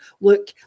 look